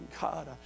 God